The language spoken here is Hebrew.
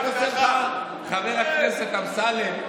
חבר הכנסת אמסלם,